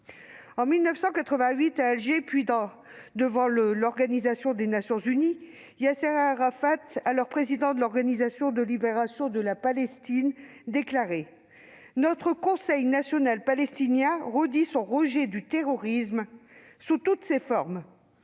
En 1988, à Alger, puis devant l'Organisation des Nations unies, Yasser Arafat, alors président de l'Organisation de libération de la Palestine, déclarait :« Notre conseil national palestinien redit son rejet du terrorisme sous toutes ses formes,